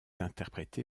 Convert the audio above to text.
interprété